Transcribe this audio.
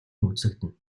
үзэгдэнэ